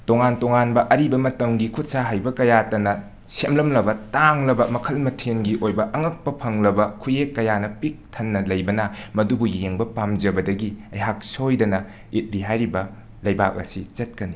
ꯇꯣꯉꯥꯟ ꯇꯣꯉꯥꯟꯕ ꯑꯔꯤꯕ ꯃꯇꯝꯒꯤ ꯈꯠꯁꯥ ꯍꯩꯕ ꯀꯌꯥꯇꯅ ꯁꯦꯝꯂꯝꯂꯕ ꯇꯥꯡꯂꯕ ꯃꯈꯜ ꯃꯊꯦꯟꯒꯤ ꯑꯣꯏꯕ ꯑꯉꯛꯄ ꯐꯪꯂꯕ ꯈꯨꯌꯦꯛ ꯀꯌꯥꯅ ꯄꯤꯛ ꯊꯟꯅ ꯂꯩꯕꯅ ꯃꯗꯨꯕꯨ ꯌꯦꯡꯕ ꯄꯥꯝꯖꯕꯗꯒꯤ ꯑꯩꯍꯥꯛ ꯁꯣꯏꯗꯅ ꯏꯠꯂꯤ ꯍꯥꯏꯔꯤꯕ ꯂꯩꯕꯥꯛ ꯑꯁꯤ ꯆꯠꯀꯅꯤ